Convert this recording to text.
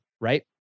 right